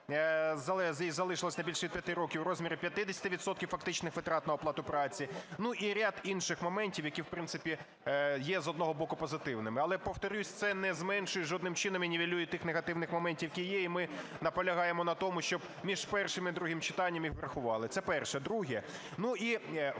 залишилось не більше п'яти років, у розмірі 50 відсотків фактичних витрат на оплату праці. І ряд інших моментів, які, в принципі, є, з одного боку, позитивними. Але повторюсь, це не зменшує жодним чином і не нівелює тих негативних моментів, тому ми наполягаємо на тому, щоб між першим і другим читанням їх врахували. Це перше. Друге.